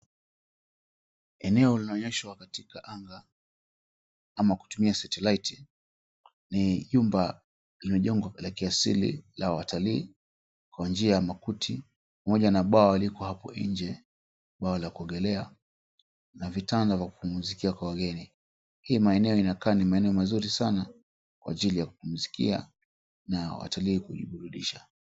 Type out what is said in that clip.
Eneo linaloonyeshwa katika anga ama kutumia satellite ni jumba liliojengwa la kiasili la watalii kwa njia ya makuti pamoja na bwawa liko hapo nje, bwawa la kuogelea na vitanda vya kupumzika kwa wageni. Hii maeneo inakaa ni maeneo mazuri sana kwa ajili ya kupumzikia na watalii kujiburudisha.